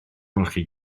ymolchi